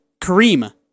Kareem